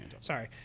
Sorry